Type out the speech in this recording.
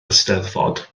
eisteddfod